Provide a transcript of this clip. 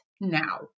now